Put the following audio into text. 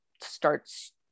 starts